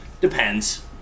Depends